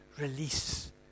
release